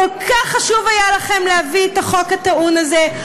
כל כך חשוב היה לכם להביא את החוק הטעון הזה,